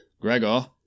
Gregor